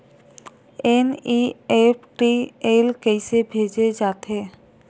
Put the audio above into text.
NEFT ले कइसे भेजे जाथे?